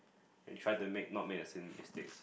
and try to make not make the same mistakes